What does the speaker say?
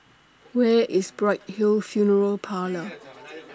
Where IS Bright Hill Funeral Parlour